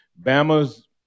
Bama's